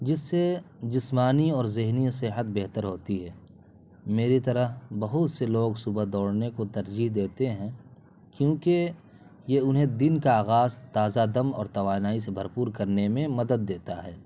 جس سے جسمانی اور ذہنی صحت بہتر ہوتی ہے میری طرح بہت سے لوگ صبح دوڑنے کو ترجیح دیتے ہیں کیونکہ یہ انہیں دن کا آغاز تازہ دم اور توانائی سے بھرپور کرنے میں مدد دیتا ہے